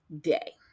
day